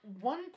one